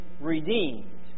redeemed